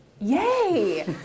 Yay